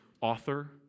author